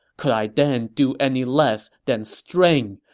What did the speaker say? could i then do any less than strain,